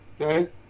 okay